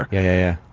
yeah,